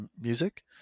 music